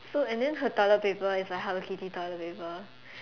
so and than her toilet paper is hello Kitty toilet paper